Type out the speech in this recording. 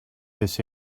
this